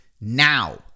now